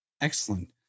Excellent